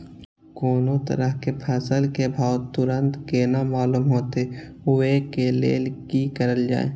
कोनो तरह के फसल के भाव तुरंत केना मालूम होते, वे के लेल की करल जाय?